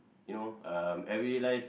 you know um every life